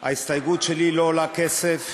ההסתייגות שלי לא עולה כסף,